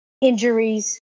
injuries